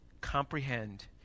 comprehend